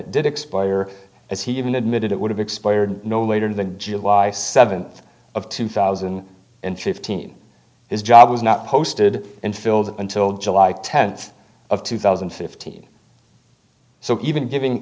it did expire as he even admitted it would have expired no later than july seventh of two thousand and fifteen his job was not posted and filled until july tenth of two thousand and fifteen so even giving